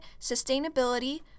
sustainability